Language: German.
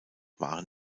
waren